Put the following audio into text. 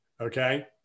okay